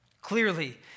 Clearly